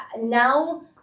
now